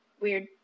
weird